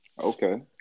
Okay